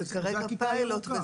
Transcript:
כרגע זה פיילוט.